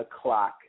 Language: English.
o'clock